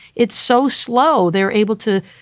it's so slow, they're able to.